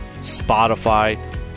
spotify